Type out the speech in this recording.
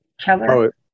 Keller